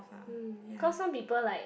hmm because some people like